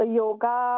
yoga